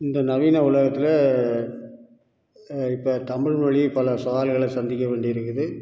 இந்த நவீன உலகத்தில் இப்போ தமிழ்மொழி பல சவால்களை சந்திக்க வேண்டிது இருக்குது